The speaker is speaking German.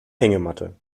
hängematte